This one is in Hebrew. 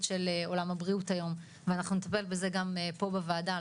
של עולם הבריאות היום ואנחנו נטפל בזה גם פה בוועדה.